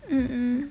mm mm